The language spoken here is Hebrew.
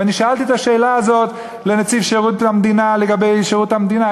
ואני שאלתי את השאלה הזאת את נציב שירות המדינה לגבי שירות המדינה.